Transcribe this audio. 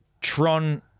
Tron